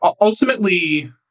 ultimately